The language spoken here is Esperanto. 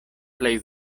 plej